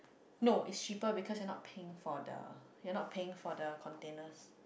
no it's cheaper because you are not paying for the you are not paying for the containers